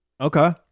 Okay